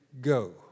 go